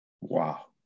Wow